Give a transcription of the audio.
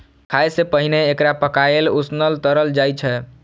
खाय सं पहिने एकरा पकाएल, उसनल, तरल जाइ छै